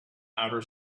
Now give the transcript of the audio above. outer